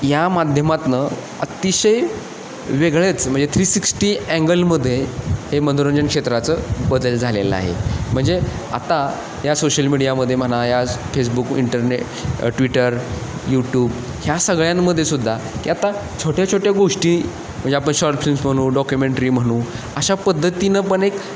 या माध्यमातून अत्तिशय वेगळेच म्हणजे थ्री सिक्स्टी अँगलमध्ये हे मनोरंजन क्षेत्राचं बदल झालेलं आहे म्हणजे आत्ता या सोशल मीडियामध्ये म्हणा या फेसबुक इंटरनेट ट्विटर यूटूब ह्या सगळ्यांमध्ये सुद्धा की आत्ता छोट्या छोट्या गोष्टी म्हणजे आपण शॉर्ट फिल्म्स म्हणू डॉक्युमेंट्री म्हणू अशा पद्धतीनं पण एक